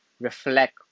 reflect